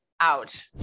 out